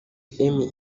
emmy